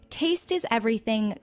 taste-is-everything